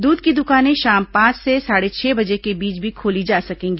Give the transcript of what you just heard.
दूध की दुकानें शाम पांच से साढ़े छह बजे के बीच भी खोली जा सकेंगी